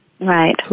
Right